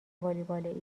والیبال